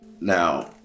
Now